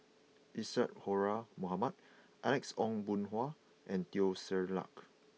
Isadhora Mohamed Alex Ong Boon Hau and Teo Ser Luck